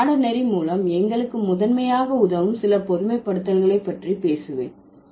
இந்த பாடநெறி மூலம் எங்களுக்கு முதன்மையாக உதவும் சில பொதுமைப்படுத்தல்களை பற்றி பேசுவேன்